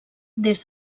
des